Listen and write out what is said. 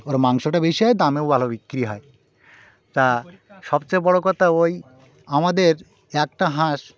ওর মাংসটা বেশি হয় দামেও ভালো বিক্রি হয় তা সবচেয়ে বড় কথা ওই আমাদের একটা হাঁস